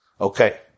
Okay